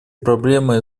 проблемой